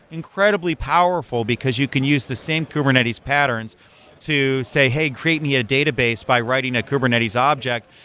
incredibly powerful, because you can use the same kubernetes patterns to say, hey, create me a database by writing a kubernetes object,